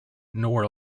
nor